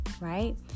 right